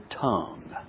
tongue